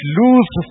lose